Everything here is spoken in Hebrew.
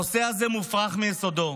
הנושא הזה מופרך מיסודו.